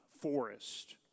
forest